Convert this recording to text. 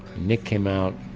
nick came out,